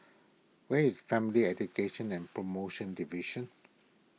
where is Family Education and Promotion Division